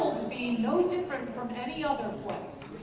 to be no different from any other place.